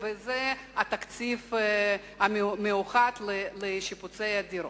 וזה התקציב המיוחד לשיפוץ הדירות.